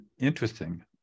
Interesting